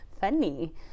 funny